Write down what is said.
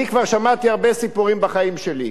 אני כבר שמעתי הרבה סיפורים בחיים שלי.